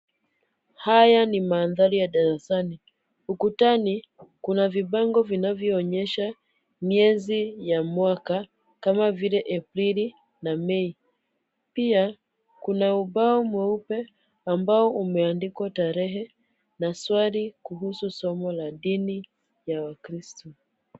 Haya ni madhari ya darasani, ukutani kuna vibango vinavyoonyesha miezi ya mwaka kama vile Aprili na Mei, pia kuna ubao mweupe ambao umeandikwa tarahe na swali kuhusu somo la dini ya waskristo.